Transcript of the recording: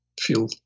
feel